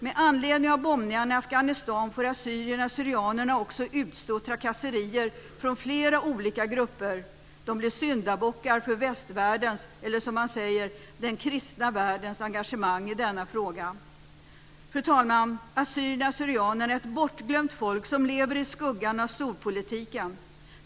Med anledning av bombningarna i Afghanistan får assyrierna syrianerna är ett bortglömt folk som lever i skuggan av storpolitiken.